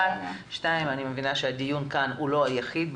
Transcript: אני מבינה שהדיון כאן הוא לא היחיד,